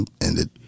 ended